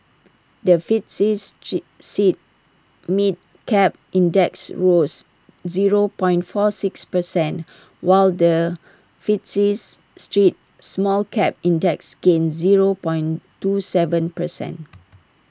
the FTSE G St mid cap index rose zero point four six percent while the FTSE street small cap index gained zero point two Seven percent